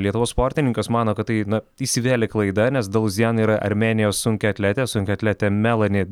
lietuvos sportininkas mano kad tai na įsivėlė klaida nes daluzijan yra armėnijos sunkiaatletė sunkiaatletė melani